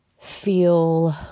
feel